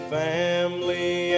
family